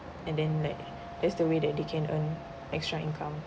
and then like that's the way that they can earn extra income